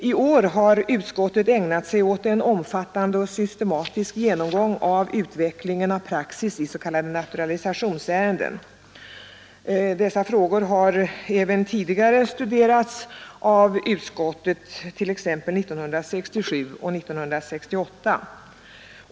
I år har utskottet ägnat sig åt en omfattande och systematisk genomgång av utvecklingen av praxis i s.k. naturalisationsärenden. Sådan praxis har även tidigare studerats av utskottet, t.ex. 1967 och 1968.